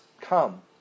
come